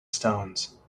stones